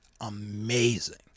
amazing